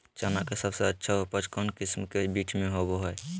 चना के सबसे अच्छा उपज कौन किस्म के बीच में होबो हय?